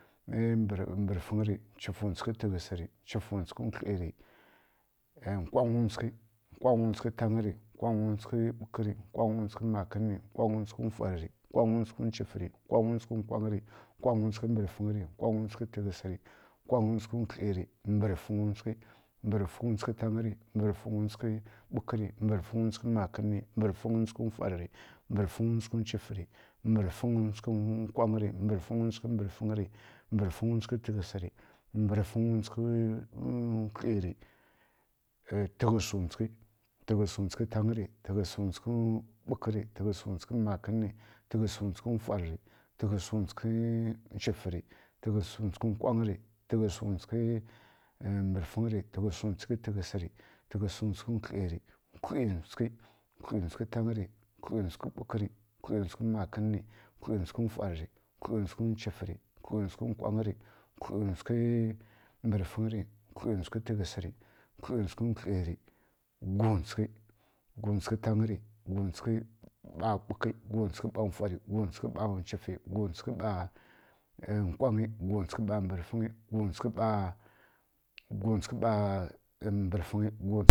Nchwufǝwtsǝghi mbǝrfingyri nchwufǝwtsǝghi tǝghǝsǝri nchwufǝwtsǝghi wkliri nkwangyǝwtsǝghi nkwangyǝwtsǝghi tanri nkwangyǝwtsǝghi ɓughǝri nkwangyǝwtsǝghi makǝnǝri nkwangyǝwtsǝghi mfwaɗǝri nkwangyǝwtsǝghi nkwangyǝri nkwangyǝwtsǝghi mbǝrfingyiri nkwangyǝwtsǝghi tǝghǝsǝri nkwangyǝwtsǝghi kwliri mbǝrǝfǝnwtsǝghi, mbǝrǝfǝnwtsǝghi tanǝri mbǝrǝfǝnwtsǝghi ɓughǝri mbǝrǝfǝnwtsǝghi makǝnǝri mbǝrǝfǝnwtsǝghi mfwaɗǝri mbǝrǝfǝnwtsǝghi nchwufǝri mbǝrǝfǝnwtsǝghi nkwangyǝri mbǝrǝfǝnwtsǝghi mbǝrfǝnri mbǝrǝfǝnwtsǝghi tǝghǝsǝri mbǝrǝfǝnwtsǝghi wkliri tǝghǝsǝnwtsughi tanǝri tǝghǝsǝnwtsughi ɓughǝri tǝghǝsǝnwtsughi makǝnǝri tǝghǝsǝnwtsughi mfwaɗǝri tǝghǝsǝnwtsughi nwchufǝri tǝghǝsǝnwtsughi nkwanghǝri tǝghǝsǝnwtsughi mbǝrfǝngyri tǝghǝsǝnwtsughi tǝghǝsǝri tǝghǝsǝnwtsughi wkliri wklinwtsughi wklinwtsughi tanri wklinwtsughi ɓughǝri wklinwtsughi makǝnri wklinwtsughi mfwaɗǝri wklinwtsughi nwchufǝri wklinwtsughi nkwanghǝri wklinwtsughi mbǝrǝfǝnghǝri wklinwtsughi tǝghǝsǝri wklinwtsughi gumnwtsǝghi, gumnwtsǝghi tanri gumnwtsǝghi ɓa ɓughi gumnwtsǝghi ɓa makǝni gumnwtsǝghi ɓa mfwari gumnwtsǝghi ɓa nwchufǝ gumnwtsǝghi ɓa nkwangyǝ gumnwtsǝghi ɓa mbǝrǝfǝngyi gumnwtsǝghi ɓa